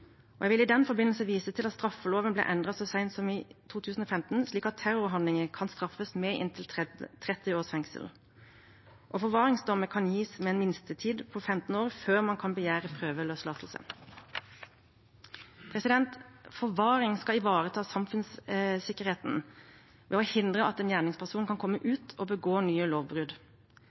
Jeg vil i den forbindelse vise til at straffeloven ble endret så sent som i 2015, slik at terrorhandlinger kan straffes med inntil 30 års fengsel. Forvaringsdommer kan gis med en minstetid på 15 år før man kan begjære prøveløslatelse. Forvaring skal ivareta samfunnssikkerheten ved å hindre at en gjerningsperson kan komme ut og begå nye lovbrudd.